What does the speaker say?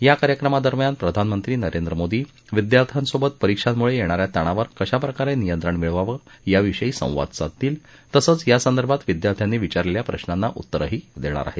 या कार्यक्रमादरम्यान प्रधानमंत्री नरेंद्र मोदी विद्यार्थ्यांसोबत परीक्षांमुळे येणाऱ्या ताणावर कशाप्रकारे नियंत्रण मिळवावं याविषयी संवाद साधतील तसंच यासंदर्भात विद्यार्थ्यांनी विचारलेल्या प्रश्नांना उत्तरंही देणार आहेत